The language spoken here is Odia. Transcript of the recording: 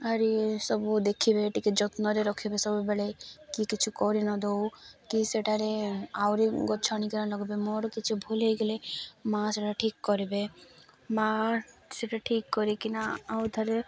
ଆରି ସବୁ ଦେଖିବେ ଟିକେ ଯତ୍ନରେ ରଖିବେ ସବୁବେଳେ କି କିଛି କରି ନ ଦଉ କି ସେଠାରେ ଆହୁରି ଗଛ ଆଣିକିନା ଲଗବେ ମୋର କିଛି ଭୁଲ୍ ହେଇଗଲେ ମା ସେଇଟା ଠିକ୍ କରିବେ ମା ସେଇଟା ଠିକ୍ କରିକିନା ଆଉ ଥରେ